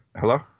hello